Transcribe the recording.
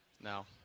No